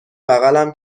بغلم